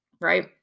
right